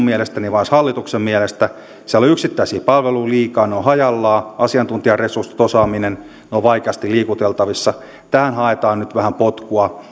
mielestäni vaan myös hallituksen mielestä siellä on yksittäisiä palveluja liikaa ne ovat hajallaan asiantuntijaresurssit osaaminen ovat vaikeasti liikuteltavissa tähän haetaan nyt vähän potkua